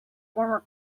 former